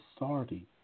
authority